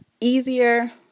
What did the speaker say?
easier